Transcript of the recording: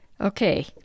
Okay